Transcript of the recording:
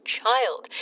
child